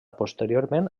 posteriorment